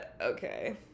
Okay